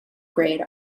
grade